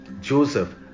Joseph